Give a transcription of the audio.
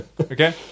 Okay